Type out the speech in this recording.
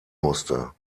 musste